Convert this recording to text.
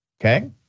Okay